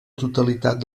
totalitat